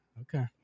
Okay